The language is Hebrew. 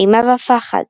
אימה ופחד!”